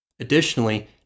Additionally